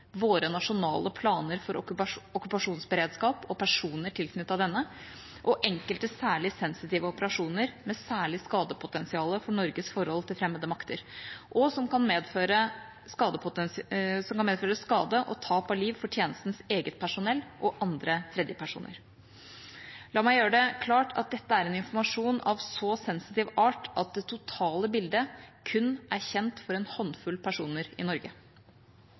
våre nasjonale planer for okkupasjonsberedskap og personer tilknyttet denne og enkelte særlig sensitive operasjoner med særlig skadepotensial for Norges forhold til fremmede makter, og som kan medføre skade og tap av liv for tjenestens eget personell og andre tredjepersoner. La meg gjøre det klart at dette er en informasjon av så sensitiv art at det totale bildet kun er kjent for en håndfull personer i Norge.